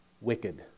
Wicked